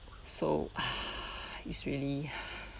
so it's really